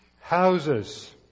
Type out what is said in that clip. houses